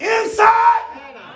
Inside